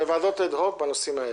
לא, אלו ועדות אד-הוק בנושאים האלה.